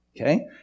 Okay